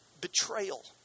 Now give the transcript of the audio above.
betrayal